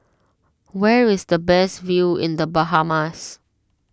where is the best view in the Bahamas